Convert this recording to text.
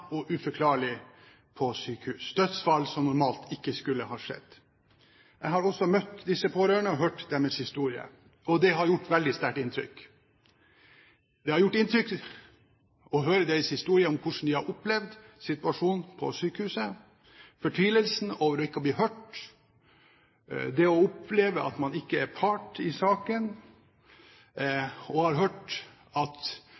ektefelle, uforklarlig på sykehus – dødsfall som normalt ikke skulle ha skjedd. Jeg har også møtt disse pårørende og hørt deres historier. Det har gjort veldig sterkt inntrykk. Det har gjort inntrykk å høre deres historier om hvordan de har opplevd situasjonen på sykehuset, fortvilelsen over ikke å bli hørt, det å oppleve at man ikke er part i saken, og at